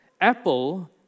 Apple